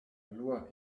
loi